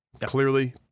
Clearly